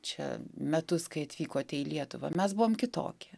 čia metus kai atvykote į lietuvą mes buvom kitokie